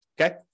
okay